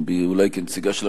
אולי כנציגה של הממשלה,